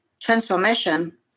transformation